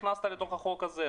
הכנסת לתוך החוק הזה,